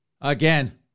Again